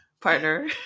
partner